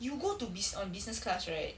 you go to bus~ on business class right